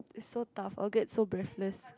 is so tough I'll get so breathless